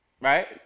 Right